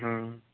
ହଁ